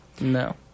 No